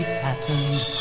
patterned